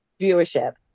viewership